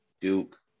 Duke